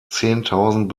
zehntausend